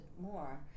more